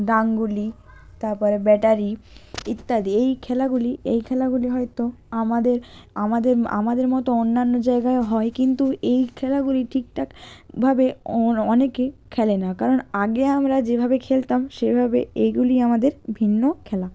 ডাংগুলি তারপরে ব্যাটারি ইত্যাদি এই খেলাগুলি এই খেলাগুলি হয়তো আমাদের আমাদের আমাদের মতো অন্যান্য জায়গায়ও হয় কিন্তু এই খেলাগুলি ঠিকঠাক ভাবে অনেকে খেলে না কারণ আগে আমরা যেভাবে খেলতাম সেভাবে এগুলি আমাদের ভিন্ন খেলা